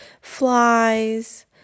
flies